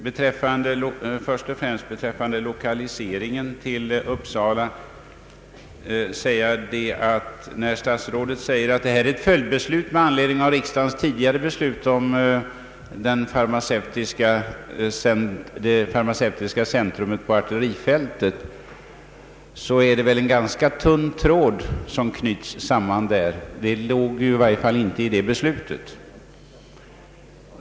Beträffande lokaliseringen till Uppsala vill jag säga att när statsrådet säger att detta är ett följdbeslut av riksdagens tidigare beslut om ett farmacevtiskt centrum på Artillerifältet, är det väl en ganska tunn tråd som knyts samman. Det låg i varje fall inte i beslutet.